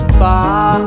far